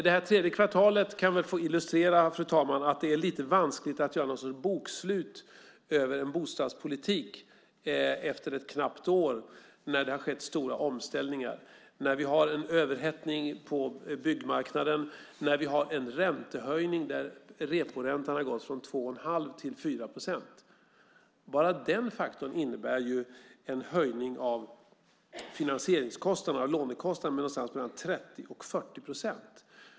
Det tredje kvartalet kan få illustrera att det är lite vanskligt att efter ett knappt år göra någon sorts bokslut över en bostadspolitik när det skett stora omställningar, när vi har en överhettning på byggmarknaden, när vi har en räntehöjning där reporäntan gått från 2 1⁄2 till 4 procent. Enbart den faktorn innebär en höjning av finansieringskostnaderna, lånekostnaderna, med någonstans mellan 30 och 40 procent.